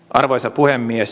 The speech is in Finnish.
arvoisa puhemies